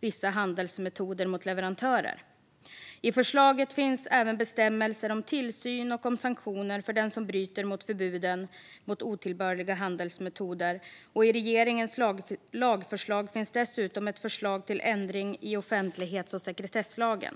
vissa handelsmetoder mot leverantörer. I förslaget finns även bestämmelser om tillsyn och om sanktioner för den som bryter mot förbuden mot otillbörliga handelsmetoder. I regeringens lagförslag finns dessutom ett förslag till ändring i offentlighets och sekretesslagen.